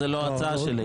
לא, זאת לא ההצעה שלי.